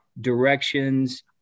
directions